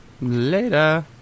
Later